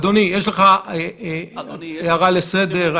אדוני, יש לך הערה לסדר?